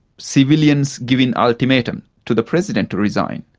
civilians giving ultimatum to the president to resign.